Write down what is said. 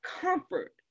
comfort